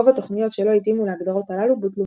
רוב התוכניות שלא התאימו להגדרות הללו בוטלו.